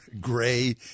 gray